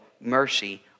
mercy